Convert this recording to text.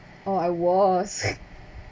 oh I was